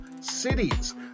cities